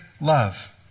love